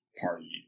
party